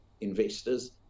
investors